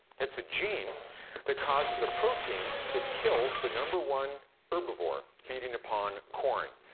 it's a gene that causes a protein that kills the number one herbivore feeding upon corn.